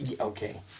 Okay